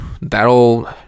that'll